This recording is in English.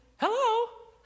hello